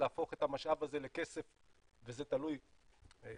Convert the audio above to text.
להפוך את המשאב הזה לכסף וזה תלוי בזמן,